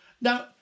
Now